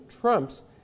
trumps